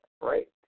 right